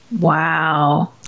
Wow